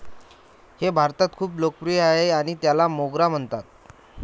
हे भारतात खूप लोकप्रिय आहे आणि त्याला मोगरा म्हणतात